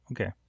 Okay